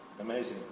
Amazing